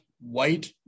white